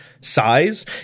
size